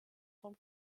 vom